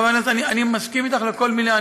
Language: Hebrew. חברת הכנסת, אני מסכים איתך בכל מילה.